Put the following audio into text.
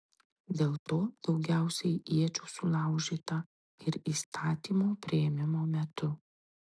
dėl to daugiausiai iečių sulaužyta ir įstatymo priėmimo metu